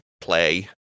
play